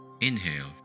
Inhale